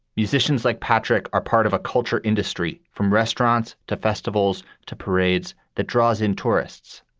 musicians like patrick are part of a culture industry, from restaurants to festivals to parades that draws in tourists.